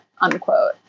unquote